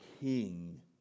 king